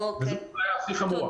וזו הבעיה הכי חמורה.